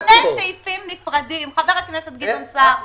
חבר הכנסת סער,